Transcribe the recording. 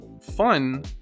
fun